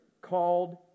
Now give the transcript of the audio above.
called